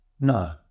No